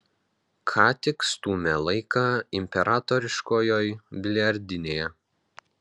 ką tik stūmė laiką imperatoriškojoj biliardinėje